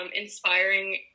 inspiring